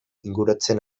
inguratzen